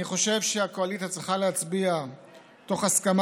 אני חושב שהקואליציה צריכה להצביע תוך הסכמה